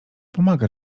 pomaga